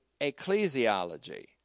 ecclesiology